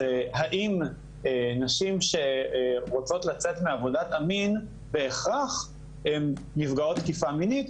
זה האם נשים שרוצות לצאת מעבודת המין בהכרח הן נפגעות תקיפה מינית,